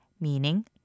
meaning